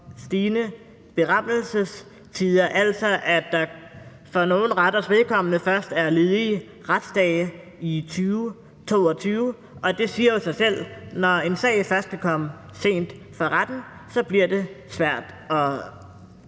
stigende berammelsestider, altså at der for nogles retters vedkommende først er ledige retsdage i 2022. Det siger jo sig selv, at når en sag først er kommet sent for retten, så bliver det svært at